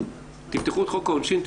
תפתחו את חוק העונשין,